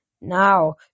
Now